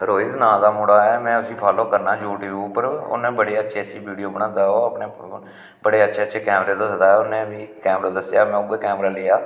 रोहित नांऽ दा मुड़ा ऐ में उसी फालो करना यूटयूब उप्पर उ'नें बड़ी अच्छी अच्छी विडियो बनांदा ऐ ओह् अपने बड़े अच्छे अच्छे कैमरे दस्सदा ऐ उ'नें मीं कैमरा दस्सेआ में उ'ऐ कैमरा लेआ